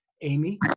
Amy